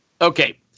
Okay